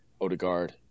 Odegaard